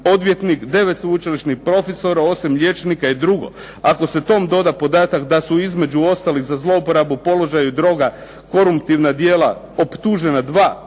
9 sveučilišnih profesora, 8 liječnika i dr. Ako se tome doda podatak da su između ostalog za zlouporabu položaja, droga, koruptivna djela, optužena dva